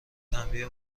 تنبیه